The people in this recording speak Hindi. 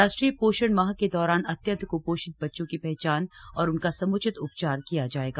राष्ट्रीय पोषण माह के दौरान अत्यंत कुपोषित बच्चों की पहचान और उनका समुचित उपचार किया जाएगा